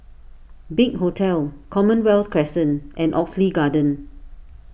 Big Hotel Commonwealth Crescent and Oxley Garden